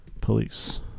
police